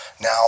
now